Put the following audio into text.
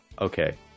Okay